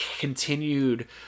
continued